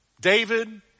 David